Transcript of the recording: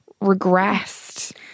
regressed